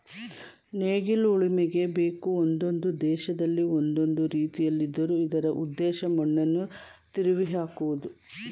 ನೇಗಿಲು ಉಳುಮೆಗೆ ಬೇಕು ಒಂದೊಂದು ದೇಶದಲ್ಲಿ ಒಂದೊಂದು ರೀತಿಲಿದ್ದರೂ ಇದರ ಉದ್ದೇಶ ಮಣ್ಣನ್ನು ತಿರುವಿಹಾಕುವುದು